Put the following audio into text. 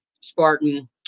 Spartan